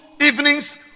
evenings